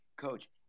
coach